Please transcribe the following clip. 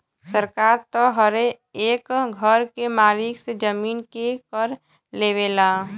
सरकार त हरे एक घर के मालिक से जमीन के कर लेवला